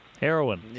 heroin